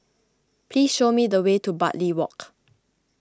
please show me the way to Bartley Walk